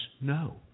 No